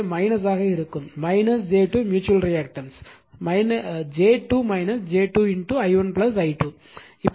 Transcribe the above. எனவே ஆக இருக்கும் j 2 mutual reactance j 2 j 2 i1 i2